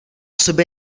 sobě